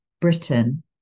Britain